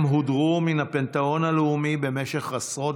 הם הודרו מן הפנתיאון הלאומי במשך עשרות